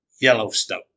Yellowstone